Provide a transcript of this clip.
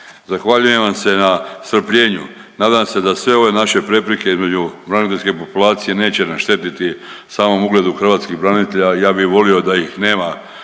Zahvaljujem vam se na strpljenju, nadam se da sve ove naše prepreke između braniteljske populacije neće naštetiti samom ugledu hrvatskih branitelja, ja bih volio da ih nema